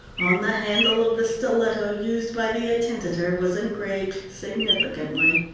on the handle of the stiletto used by the attentater was engraved, significantly,